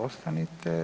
Ostanite.